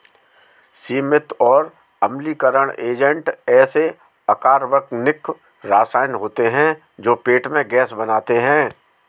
सीमित और अम्लीकरण एजेंट ऐसे अकार्बनिक रसायन होते हैं जो पेट में गैस बनाते हैं